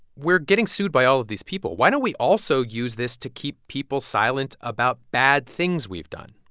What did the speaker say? we're getting sued by all of these people, why don't we also use this to keep people silent about bad things we've done?